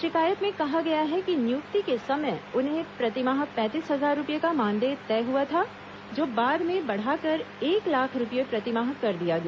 शिकायत में कहा गया है कि नियुक्ति के समय उन्हें प्रतिमाह पैंतीस हजार रूपये का मानदेय तय हुआ था जो बाद में बढ़ाकर एक लाख रूपये प्रतिमाह कर दिया गया